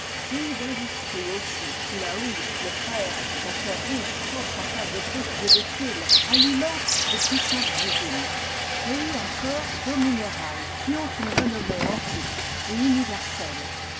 pays d'industrie aussi où la houille le fer la terre rouge propre à faire des briques et des tuiles alimentent de puissantes usines pays encore d'eaux minérales qui ont une renommée antique et universelle